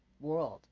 world